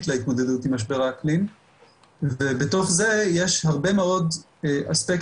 להתמודדות עם משבר האקלים ובתוך זה יש הרבה מאוד אספקטים